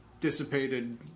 dissipated